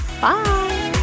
Bye